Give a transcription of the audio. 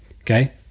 Okay